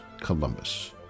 Columbus